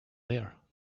there